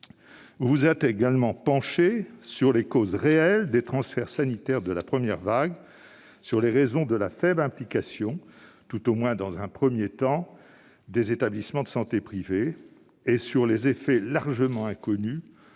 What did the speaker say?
Vous vous êtes également penché sur les causes réelles des transferts sanitaires de la première vague, sur les raisons de la faible implication, tout au moins dans un premier temps, des établissements de santé privés et sur les effets largement inconnus